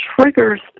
triggers